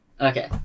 Okay